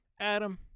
Adam